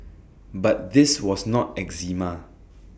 but this was not eczema